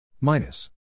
minus